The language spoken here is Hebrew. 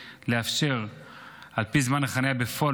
לאפשר לשלם על פי זמן החניה בפועל,